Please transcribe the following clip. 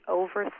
over